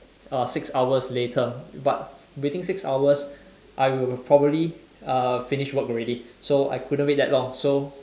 uh six hours later but waiting six hours I will probably uh finish work already so I couldn't wait that long so